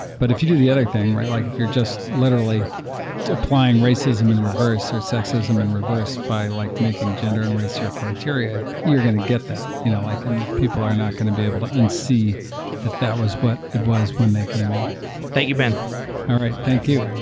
but if you do the other thing, right? like if you're just literally applying racism in reverse or sexism in reverse by like making gender and race your criteria, you're going to get that. you know like and people are not going to be able to un-see that that was what it was when they came in thank you, ben all right. thank you